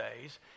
days